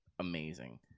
amazing